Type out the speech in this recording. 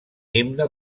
himne